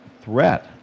threat